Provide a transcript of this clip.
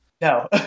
No